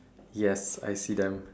yes I see them